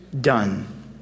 done